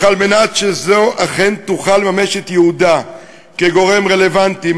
אך על מנת שאכן תוכל לממש את ייעודה כגורם רלוונטי,